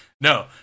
no